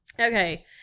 okay